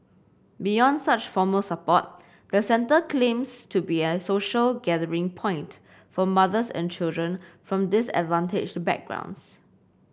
beyond such formal support the centre to be a social gathering point for mothers and children from disadvantaged backgrounds